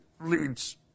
leads